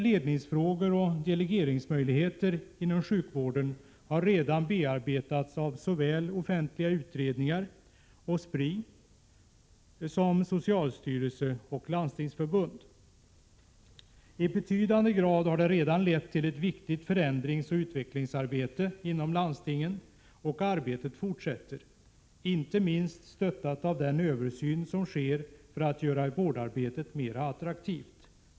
Ledningsfrågor och delegeringsmöjligheter inom sjukvården har redan bearbetats såväl av offentliga utredningar som av Spri, socialstyrelsen och Landstingsförbundet. I betydande grad har det redan lett till ett viktigt förändringsoch utvecklingsarbete inom landstingen, och arbetet fortsätter — förutom av de rent rationella skälen —- inte minst med stöd av den översyn som sker för att göra vårdarbetet mera attraktivt.